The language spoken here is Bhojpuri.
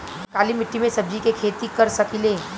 काली मिट्टी में सब्जी के खेती कर सकिले?